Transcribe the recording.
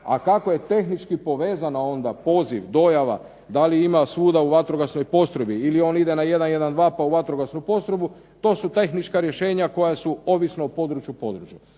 a kako je tehnički povezana onda poziv, dojava, da li ima suda u vatrogasnoj postrojbi, ili on ide na 112 pa u vatrogasnu postrojbu, to su tehnička rješenja koja su ovisno o području